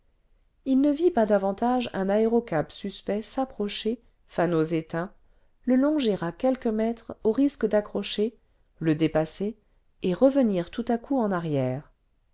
p ne vit pas davantage un aérocab suspect s'approcher fanaux éteints le longer à quelques mètres au risque d'accrocher le dépasser et revenir tout à coup en arrière